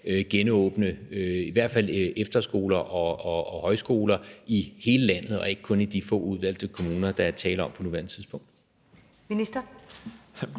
genåbne i hvert fald efterskoler og højskoler i hele landet og ikke kun i de få udvalgte kommuner, der er tale om på nuværende tidspunkt?